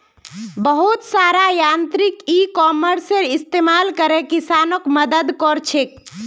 बहुत सारा यांत्रिक इ कॉमर्सेर इस्तमाल करे किसानक मदद क र छेक